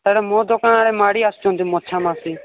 ସେଇଟା ମୋ ଦୋକାନରେ ମାଡ଼ି ଆସୁଛନ୍ତି ମସା ମାଛି